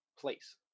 place